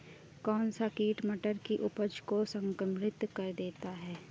कौन सा कीट मटर की उपज को संक्रमित कर देता है?